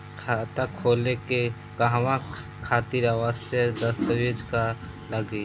खाता खोले के कहवा खातिर आवश्यक दस्तावेज का का लगी?